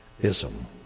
ism